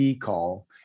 call